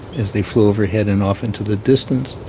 as they flew overhead and off into the distance.